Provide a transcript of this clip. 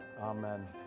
amen